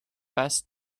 best